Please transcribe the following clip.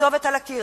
הכתובת על הקיר.